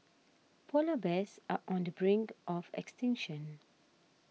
Polar Bears are on the brink of extinction